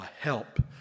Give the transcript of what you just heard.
help